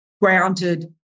grounded